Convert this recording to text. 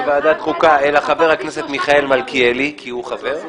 בוועדת חוקה אלא חבר הכנסת מיכאל מלכיאלי כי הוא חבר,